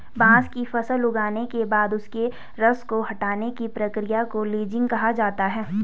बांस की फसल उगने के बाद उसके रस को हटाने की प्रक्रिया को लीचिंग कहा जाता है